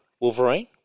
Wolverine